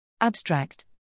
Abstract